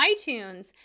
iTunes